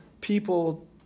people